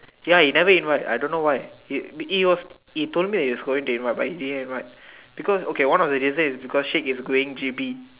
ya he never invite I don't know why he it it was he told me he was going to invite but he didn't invite because okay one of the reason is because Sheikh is going J_B